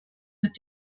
mit